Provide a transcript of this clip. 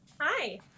Hi